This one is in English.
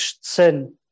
sin